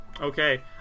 Okay